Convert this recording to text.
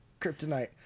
Kryptonite